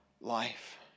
life